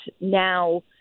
now